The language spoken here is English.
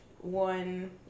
one